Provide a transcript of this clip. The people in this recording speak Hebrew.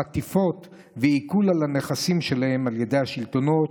חטיפות ועיקול על הנכסים שלהם על ידי השלטונות,